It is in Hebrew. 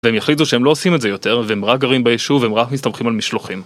והם יחליטו שהם לא עושים את זה יותר והם רק גרים ביישוב והם רק מסתמכים על משלוחים.